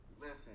listen